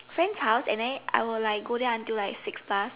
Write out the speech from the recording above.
friend's house and then I would like go there until like six plus